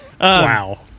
Wow